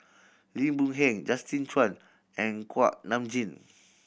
Lim Boon Heng Justin Zhuang and Kuak Nam Jin